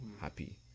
happy